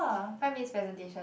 five minutes presentation